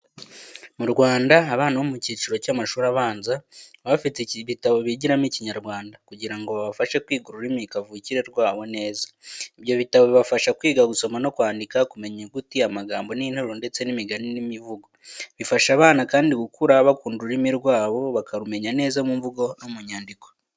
Mu Rwanda abana bo mu cyiciro cy'amashuri abanza baba bafite ibitabo bigiramo Ikinyarwanda, kugira ngo bibafashe kwiga ururimi kavukire rwabo neza. Ibyo bitabo bibafasha kwiga gusoma no kwandika, kumenya inyuguti, amagambo n'interuro, ndetse n'imigani n'imivugo. Bifasha abana kandi gukura bakunda ururimi rwabo, bakarumenya neza mu mvugo no mu nyandiko.